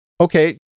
okay